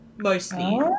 Mostly